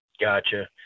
Gotcha